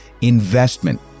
investment